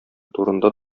турында